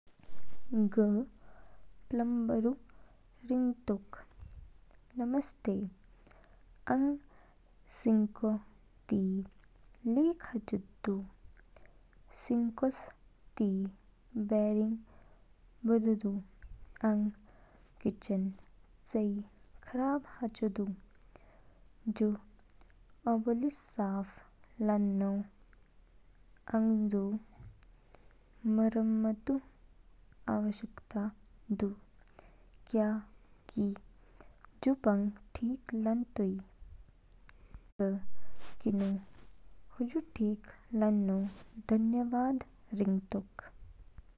ग प्लम्बरऊ रंगतोक। नमस्ते, आंग सिंको ती लीक हाचो दू। सिकोस ती बैरिंग बदो दू आंग किचन चेई खराब हाचो दू। जू अबोलिस साफ लानो। आंगू जू मरम्मतऊ आवश्यकता दू। क्या कि जू पंग ठीक लानतोई? ग किनजू हजू ठीक लानो धन्यवाद रिंगतोक।